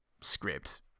script